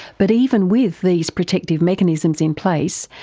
but even with these protective mechanisms in place,